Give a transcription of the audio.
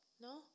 No